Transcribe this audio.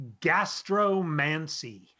gastromancy